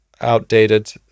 outdated